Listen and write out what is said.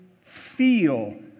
feel